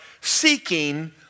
seeking